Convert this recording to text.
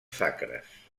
sacres